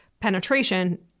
penetration